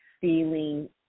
feeling